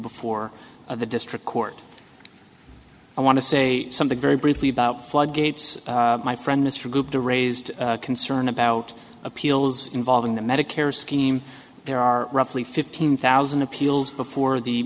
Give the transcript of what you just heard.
before the district court i want to say something very briefly about floodgates my friend mr group the raised concern about appeals involving the medicare scheme there are roughly fifteen thousand appeals before the